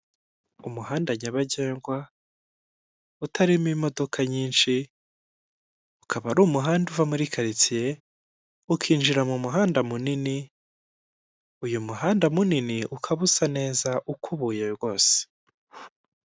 Umuhanda nyabagendwa utarimo imodoka nyinshi, ukaba ari umuhanda uva karitsiye ukinjira mu muhanda munini, uyu muhanda munini ukaba usa neza ukubuye rwose.